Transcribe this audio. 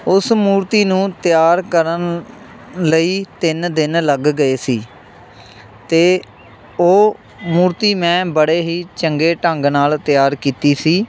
ਉਸ ਮੂਰਤੀ ਨੂੰ ਤਿਆਰ ਕਰਨ ਲਈ ਤਿੰਨ ਦਿਨ ਲੱਗ ਗਏ ਸੀ ਅਤੇ ਉਹ ਮੂਰਤੀ ਮੈਂ ਬੜੇ ਹੀ ਚੰਗੇ ਢੰਗ ਨਾਲ਼ ਤਿਆਰ ਕੀਤੀ ਸੀ